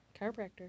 chiropractor